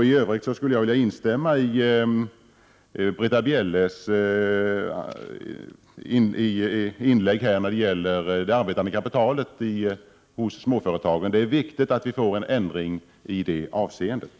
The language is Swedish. I övrigt skulle jag vilja instämma i Britta Bjelles inlägg när det gäller det arbetande kapitalet hos småföretagen. Det är viktigt att det sker en ändring av förmögenhetsbeskattningen i det avseendet.